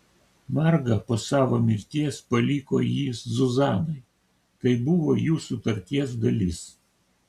marga po savo mirties paliko jį zuzanai tai buvo jų sutarties dalis